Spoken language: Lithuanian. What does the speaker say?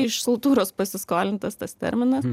iš kultūros pasiskolintas tas terminas